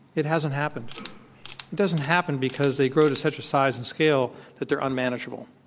it hasn't happened. it doesn't happen because they grow to such a size and scale that they're unmanageable.